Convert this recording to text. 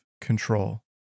control